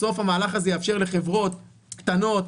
בסוף המהלך הזה יאפשר לחברות קטנות,